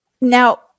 now